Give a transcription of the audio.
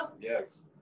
Yes